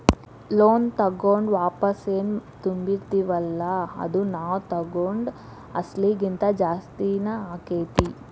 loan ತಗೊಂಡು ವಾಪಸೆನ್ ತುಂಬ್ತಿರ್ತಿವಲ್ಲಾ ಅದು ನಾವ್ ತಗೊಂಡ್ ಅಸ್ಲಿಗಿಂತಾ ಜಾಸ್ತಿನ ಆಕ್ಕೇತಿ